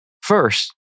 First